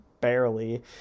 barely